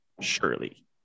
Surely